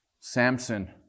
Samson